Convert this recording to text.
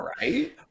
Right